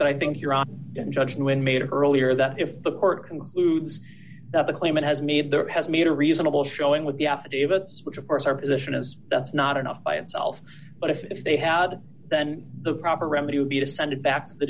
but i think your op judgment made earlier that if the court concludes that the claimant has made that has made a reasonable showing with the affidavits which of course our position is that's not enough by itself but if they had then the proper remedy would be to send it back t